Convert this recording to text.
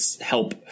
help